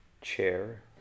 chair